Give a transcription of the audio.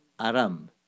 Aram